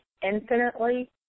infinitely